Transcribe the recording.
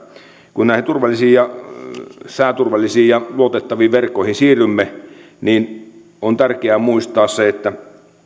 kun näihin sääturvallisiin ja luotettaviin verkkoihin siirrymme niin on tärkeää muistaa se että